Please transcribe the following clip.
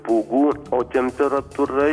pūgų o temperatūra